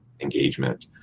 engagement